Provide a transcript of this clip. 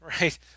Right